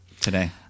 Today